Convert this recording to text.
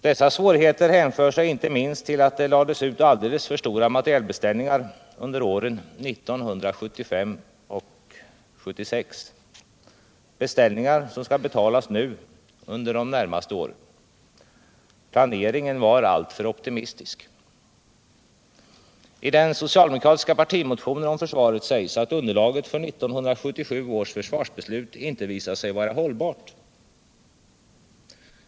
Dessa svårigheter hänför sig inte minst till att det lades ut alldeles för stora Försvarspolitiken, I den socialdemokratiska partimotionen om försvaret sägs att underlaget för 1977 års försvarsbeslut inte visat sig vara hållbart.